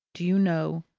do you know,